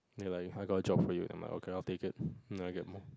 ya lah I got a job for you and I'm updated then I get more